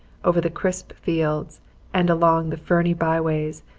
over the crisp fields and along the ferny byways,